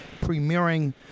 premiering